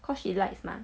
cause she likes mah